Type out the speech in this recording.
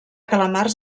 calamars